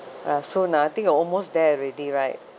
uh so npw I think are almost there already right